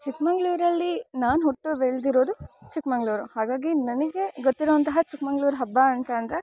ಚಿಕ್ಕಮಂಗ್ಳೂರಲ್ಲಿ ನಾನು ಹುಟ್ಟಿ ಬೆಳೆದಿರೋದು ಚಿಕ್ಕಮಂಗ್ಳೂರು ಹಾಗಾಗಿ ನನಗೆ ಗೊತ್ತಿರುವಂತಹ ಚಿಕ್ಕಮಂಗ್ಳೂರು ಹಬ್ಬ ಅಂತ ಅಂದರೆ